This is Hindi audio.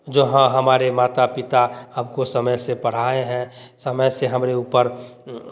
जहाँ हमारे माता पिता आपको समय से पढ़ाए हैं समय से हमरे ऊपर